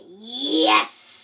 Yes